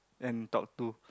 and talk to